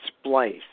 splice